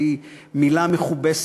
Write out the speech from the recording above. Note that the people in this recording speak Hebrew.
שהיא מילה מכובסת.